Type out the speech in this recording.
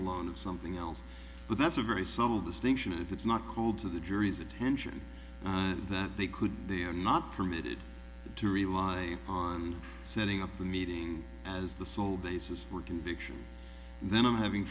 alone of something else but that's a very subtle distinction if it's not called to the jury's attention that they could they are not permitted to rely on setting up the meeting as the sole basis for a conviction then i'm having